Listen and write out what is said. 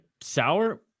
Sour